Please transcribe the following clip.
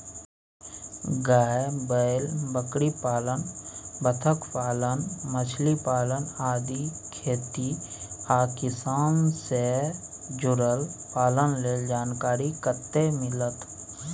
गाय, बैल, बकरीपालन, बत्तखपालन, मछलीपालन आदि खेती आ किसान से जुरल पालन लेल जानकारी कत्ते मिलत?